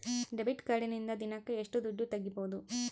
Debit ಕಾರ್ಡಿನಿಂದ ದಿನಕ್ಕ ಎಷ್ಟು ದುಡ್ಡು ತಗಿಬಹುದು?